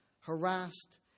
harassed